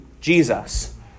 Jesus